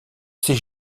ces